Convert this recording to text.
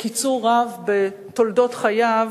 בקיצור רב בתולדות חייו,